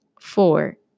Four